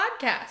podcast